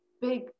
big